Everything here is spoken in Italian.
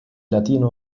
latino